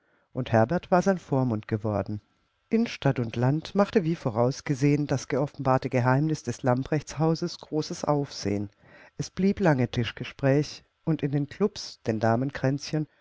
und herbert war sein vormund geworden in stadt und land machte wie vorausgesehen das geoffenbarte geheimnis des lamprechtshauses großes aufsehen es blieb lange tagesgespräch und in den klubs den